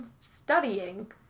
studying